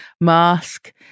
mask